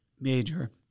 major